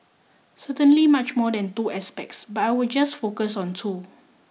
certainly much more than two aspects but I will just focus on two